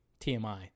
TMI